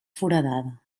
foradada